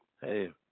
hey